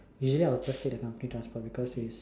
usually I would just take the company transport because it is